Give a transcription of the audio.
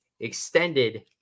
extended